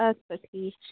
اَدٕ سا ٹھیٖک چھُ